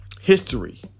history